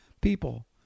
people